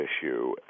issue